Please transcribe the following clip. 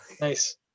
nice